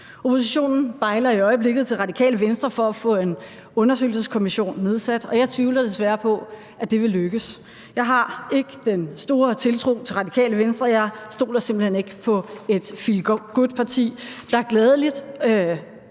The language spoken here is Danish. Oppositionen bejler i øjeblikket til Radikale Venstre for at få en undersøgelseskommission nedsat, og jeg tvivler desværre på, at det vil lykkes. Jeg har ikke den store tiltro til Radikale Venstre. Jeg stoler simpelt hen ikke på et feel good-parti, der gladeligt